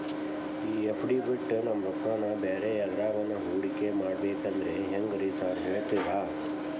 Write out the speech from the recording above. ಈ ಎಫ್.ಡಿ ಬಿಟ್ ನಮ್ ರೊಕ್ಕನಾ ಬ್ಯಾರೆ ಎದ್ರಾಗಾನ ಹೂಡಿಕೆ ಮಾಡಬೇಕಂದ್ರೆ ಹೆಂಗ್ರಿ ಸಾರ್ ಹೇಳ್ತೇರಾ?